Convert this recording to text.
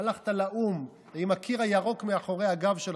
הלכת לאו"ם עם הקיר הירוק מאחורי הגב שלך.